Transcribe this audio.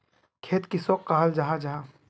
खेत किसोक कहाल जाहा जाहा?